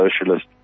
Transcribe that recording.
socialist